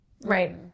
Right